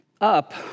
up